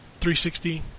360